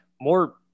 more